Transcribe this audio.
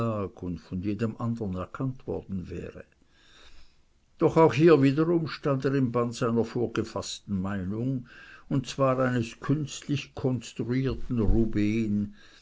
und von jedem andern erkannt worden wäre doch auch hier wiederum stand er im bann einer vorgefaßten meinung und zwar eines künstlich konstruierten